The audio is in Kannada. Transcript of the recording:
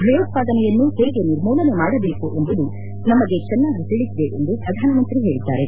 ಭಯೋತ್ಸಾದನೆಯನ್ನು ಹೇಗೆ ನಿರ್ಮೂಲನೆ ಮಾಡಬೇಕು ಎಂಬುದು ನಮಗೆ ಚೆನ್ನಾಗಿ ತಿಳಿದಿದೆ ಎಂದು ಪ್ರಧಾನಮಂತ್ರಿ ಹೇಳಿದ್ದಾರೆ